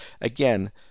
Again